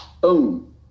boom